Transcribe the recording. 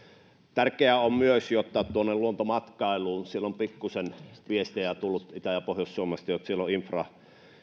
tärkeää on myös että tuonne luontomatkailuun on pikkusen viestejä tullut itä ja pohjois suomesta että siellä ovat